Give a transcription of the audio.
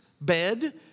bed